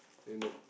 eh nope